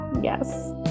yes